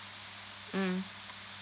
mm